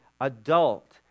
adult